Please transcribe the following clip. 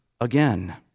again